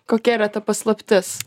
kokia yra ta paslaptis